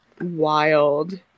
wild